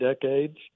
decades